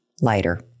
lighter